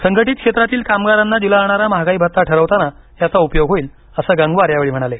संघटित क्षेत्रातील कामगारांना दिला जाणारा महागाई भत्ता ठरवताना याचा उपयोग होईल असं गंगवार यावेळी म्हणाले